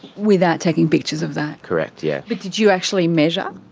without taking pictures of that? correct yeah. but did you actually measure?